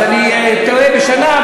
אז אני טועה בשנה,